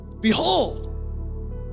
Behold